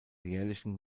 jährlichen